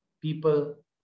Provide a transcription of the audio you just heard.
people